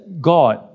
God